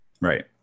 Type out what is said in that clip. Right